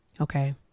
Okay